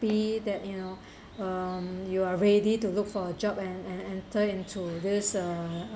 that you know um you are ready to look for a job and enter into this uh